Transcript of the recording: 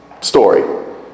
story